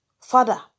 Father